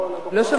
לא שמעתי.